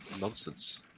nonsense